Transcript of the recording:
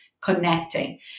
connecting